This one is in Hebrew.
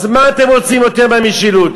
אז מה אתם רוצים יותר מהמשילות,